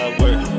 work